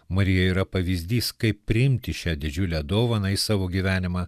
marija yra pavyzdys kaip priimti šią didžiulę dovaną į savo gyvenimą